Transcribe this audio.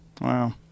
Wow